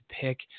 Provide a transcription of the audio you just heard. pick